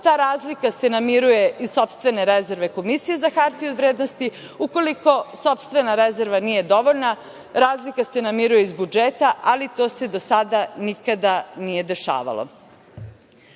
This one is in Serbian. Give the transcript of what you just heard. ta razlika se namiruje iz sopstvene rezerve Komisije za hartije od vrednosti. Ukoliko sopstvena rezerva nije dovoljna, razlika se namiruje iz budžeta, ali to se do sada nikada nije dešavalo. Ono